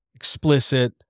explicit